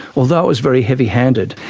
although it was very heavy-handed,